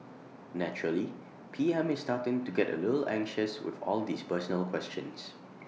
naturally P M is starting to get A little anxious with all these personal questions